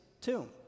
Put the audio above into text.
tomb